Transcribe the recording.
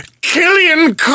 Killian